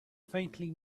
faintly